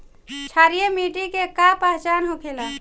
क्षारीय मिट्टी के का पहचान होखेला?